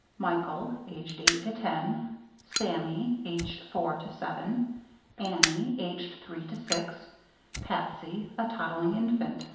michael aged eight to ten sammy aged four to seven annie aged three to six patsy a toddling infant